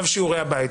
הבית.